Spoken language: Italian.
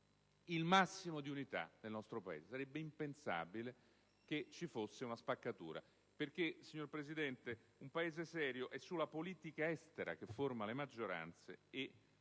il massimo di unità nel nostro Paese; sarebbe impensabile che si creasse una spaccatura. Signora Presidente, in un Paese serio sulla politica estera si formano le maggioranze,